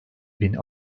bin